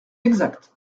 exact